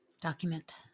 Document